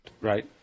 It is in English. Right